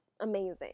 amazing